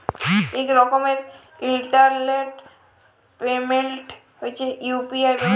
ইক রকমের internet payment হছে ইউ.পি.আই ব্যবস্থা